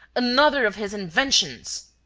another of his inventions!